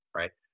right